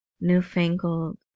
newfangled